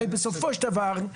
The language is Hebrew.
הרי בסופו של דבר,